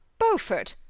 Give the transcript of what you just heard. beaufort,